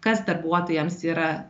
kas darbuotojams yra